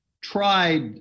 tried